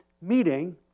meeting